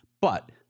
But-